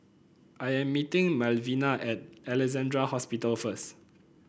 I am meeting Malvina at Alexandra Hospital first